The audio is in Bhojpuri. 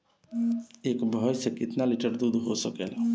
एक भइस से कितना लिटर दूध हो सकेला?